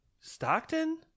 Stockton